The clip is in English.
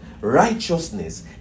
righteousness